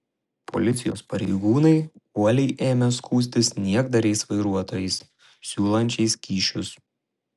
policijos pareigūnai uoliai ėmė skųstis niekdariais vairuotojais siūlančiais kyšius